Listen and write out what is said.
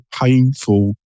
painful